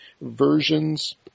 versions